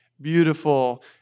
beautiful